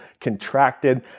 contracted